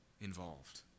involved